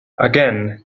again